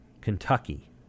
Kentucky